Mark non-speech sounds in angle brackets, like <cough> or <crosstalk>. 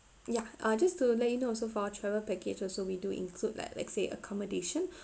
ya uh just to let you know so for our travel package also we do include like let's say accommodation <breath>